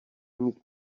mít